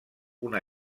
una